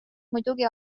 muidugi